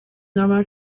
normal